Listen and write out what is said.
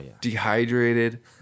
dehydrated